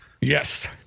Yes